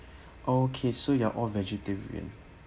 okay so you're all vegetarian